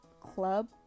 club